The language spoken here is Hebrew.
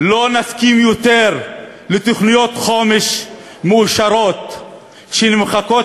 לא נסכים יותר לתוכניות חומש מאושרות שנמחקות